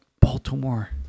Baltimore